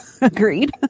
Agreed